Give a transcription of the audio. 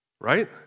right